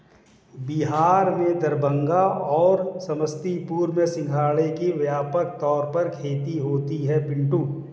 बिहार में दरभंगा और समस्तीपुर में सिंघाड़े की व्यापक तौर पर खेती होती है पिंटू